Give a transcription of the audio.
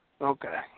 Okay